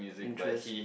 interest